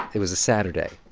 it was a saturday.